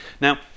now